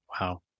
Wow